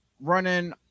running